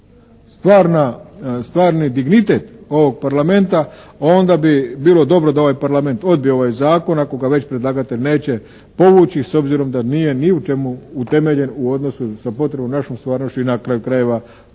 zadržati stvarni dignitet ovog parlamenta onda bi bilo dobro da ovaj parlament odbije ovaj zakon ako ga već predlagatelj neće povući s obzirom na nije ni u čemu utemeljen u odnosu sa potrebom našom stvarnošću i na kraju krajeva